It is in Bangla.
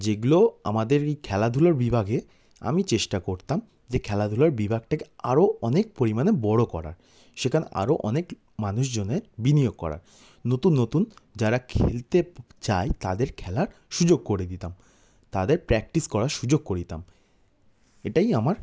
যেগুলো আমাদের এই খেলাধূলার বিভাগে আমি চেষ্টা করতাম যে খেলাধূলার বিভাগটাকে আরও অনেক পরিমাণে বড় করার সেখানে আরও অনেক মানুষজনের বিনিয়োগ করার নতুন নতুন যারা খেলতে চায় তাদের খেলার সুযোগ করে দিতাম তাদের প্র্যাকটিস করার সুযোগ করে দিতাম এটাই আমার